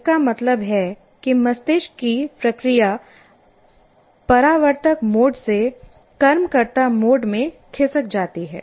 इसका मतलब है कि मस्तिष्क की प्रक्रिया परावर्तक मोड से कर्मकर्त्ता मोड में खिसक जाती है